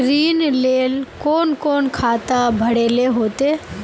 ऋण लेल कोन कोन खाता भरेले होते?